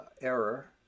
error